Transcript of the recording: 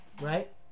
right